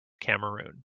cameroon